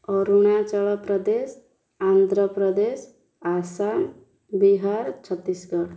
Arunachal Pradesh Andhra Pradesh Assam Bihar Chhattisgarh